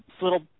little